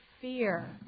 fear